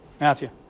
Matthew